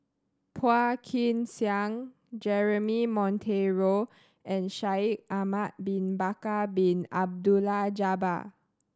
Phua Kin Siang Jeremy Monteiro and Shaikh Ahmad Bin Bakar Bin Abdullah Jabbar